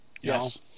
Yes